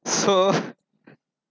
so